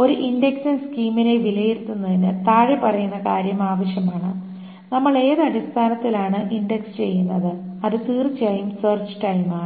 ഒരു ഇൻഡെക്സിംഗ് സ്കീമിനെ വിലയിരുത്തുന്നതിന് താഴെ പറയുന്ന കാര്യം ആവശ്യമാണ് നമ്മൾ ഏത് അടിസ്ഥാനത്തിലാണ് ഇൻഡക്സ് ചെയ്യുന്നത് അത് തീർച്ചയായും സെർച്ച് ടൈമാണ്